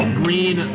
green